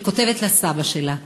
שכותבת לסבא שלה: